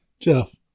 Jeff